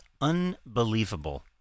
unbelievable